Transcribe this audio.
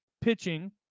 pitching